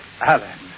Alan